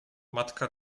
matka